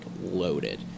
loaded